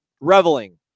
Reveling